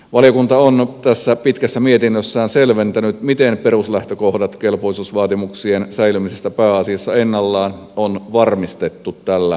valiokunta on tässä pitkässä mietinnössään selventänyt miten peruslähtökohdat kelpoisuusvaatimuksien säilymisestä pääasiassa ennallaan on varmistettu tällä muutoksella